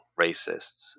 racists